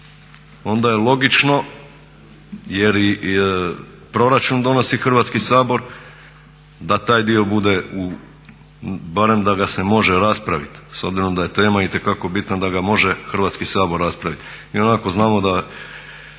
onda je logično jer i proračun donosi Hrvatski sabor, da taj dio bude u, barem da ga se može raspraviti s obzirom da je tema itekako bitna, da ga može Hrvatski sabor raspraviti.